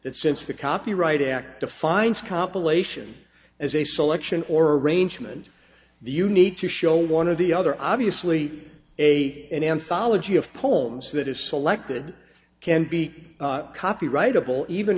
that since the copyright act defines compilation as a selection or arrangement the you need to show one of the other obviously a an anthology of poems that is selected can be copyrightable even